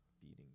beating